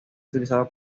utilizado